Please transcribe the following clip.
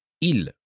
il